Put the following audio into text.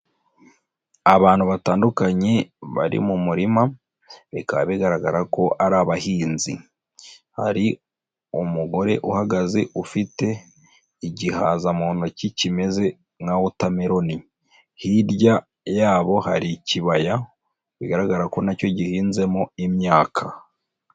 Abantu batandukanye bari mu murima bikaba bigaragara ko ari abahinzi. Hari umugore uhagaze ufite igihaza mu ntoki kimeze nka wotameloni, hirya yabo hari ikibaya bigaragara ko nacyo gihinzemo imyaka.